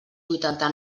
vuitanta